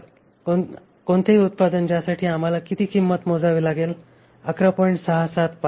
तर कोणतेही उत्पादन ज्यासाठी आम्हाला किती किंमत मोजावी लागते 11